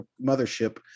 mothership